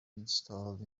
installed